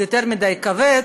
זה יותר מדי כבד,